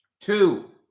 Two